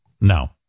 No